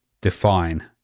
define